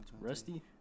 Rusty